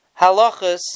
halachas